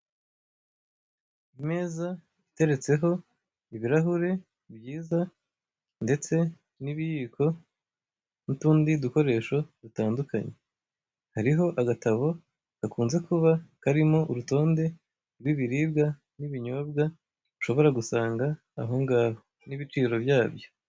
Ameza ateretseho ibirahure byiza ndetse n'ibiyiko n'utundi dukoresho dutandukanye. Hariho agatabo gakunze kuba karimo urutonde rw'ibiribwa n'ibinyobwa ushobora gusanga ahongaho n'ibiciro byabyo.